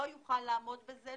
לא יוכל לעמוד בזה,